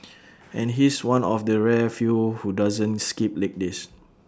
and he's one of the rare few who doesn't skip leg days